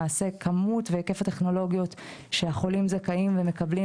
למעשה כמות והיקף הטכנולוגיות שהחולים זכאים ומקבלים